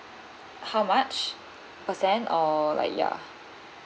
how much percent or like ya